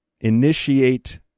initiate